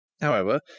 However